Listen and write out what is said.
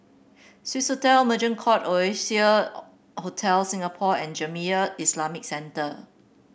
Swissotel Merchant Court Oasia Hotel Singapore and Jamiyah Islamic Centre